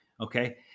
okay